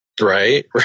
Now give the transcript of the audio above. Right